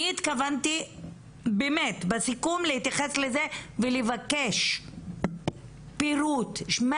אני התכוונתי בסיכום להתייחס לזה ולבקש פירוט מה